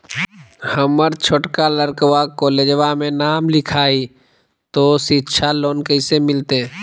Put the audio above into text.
हमर छोटका लड़कवा कोलेजवा मे नाम लिखाई, तो सिच्छा लोन कैसे मिलते?